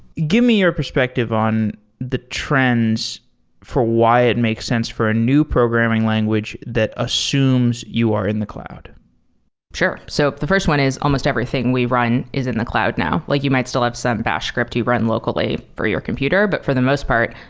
give me your perspective on the trends for why it makes sense for a new programming language that assumes you are in the cloud sure. so the first one is almost everything we run is in the cloud now. like you might still have some batch script you run locally for your computer. but for the most part,